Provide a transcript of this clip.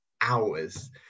hours